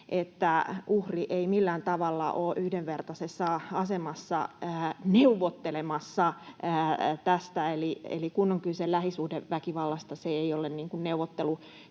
että uhri ei millään tavalla ole yhdenvertaisessa asemassa neuvottelemassa tästä. Eli kun on kyse lähisuhdeväkivallasta, se ei ole neuvottelukysymys.